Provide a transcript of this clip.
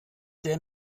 sehr